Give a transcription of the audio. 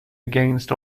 against